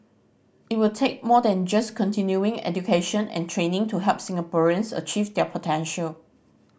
it will take more than just continuing education and training to help Singaporeans achieve their potential